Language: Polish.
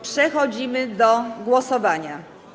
Przechodzimy do głosowania.